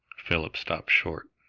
philip stopped short.